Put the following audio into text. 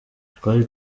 twari